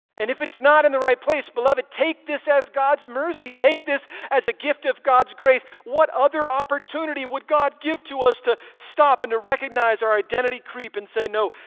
and if it's not in the right place beloved take this as god's mercy. take this as a gift of god's grace. what other opportunity would god give to us to stop and to recognize our identity creep and say, no,